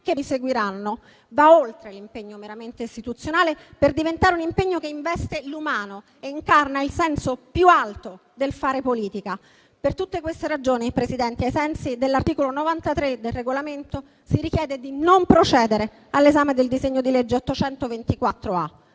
che mi seguiranno, va oltre quello meramente istituzionale, per diventare un impegno che investe l'umano e incarna il senso più alto del fare politica. Per tutte queste ragioni, signor Presidente, ai sensi dell'articolo 93 del Regolamento, si chiede di non procedere all'esame del disegno di legge n.